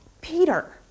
Peter